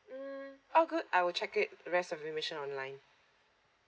mm all good I'll check it rest of the information online